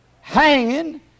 Hanging